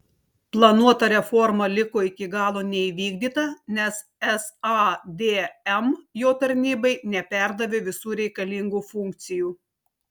planuota reforma liko iki galo neįvykdyta nes sadm jo tarnybai neperdavė visų reikalingų funkcijų